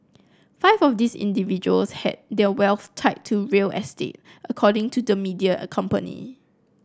five of these individuals had their wealth tied to real estate according to the media a company